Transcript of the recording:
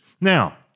Now